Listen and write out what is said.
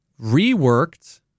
reworked